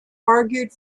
argued